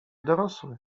dorosły